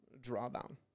drawdown